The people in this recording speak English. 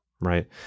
right